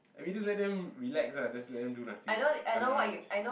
we just let them relax ah just let them do nothing I don't mind